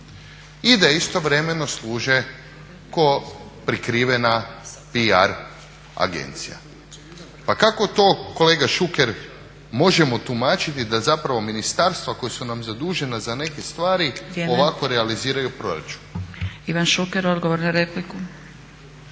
i da istovremeno služe ko prikrivena PR agencija. Pa kolega Šuker možemo tumačiti da zapravo ministarstva koja su nam zadužena za neke stvari ovako realiziraju proračun. **Zgrebec, Dragica